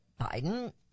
Biden